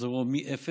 שמחזורו מ-0